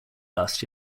last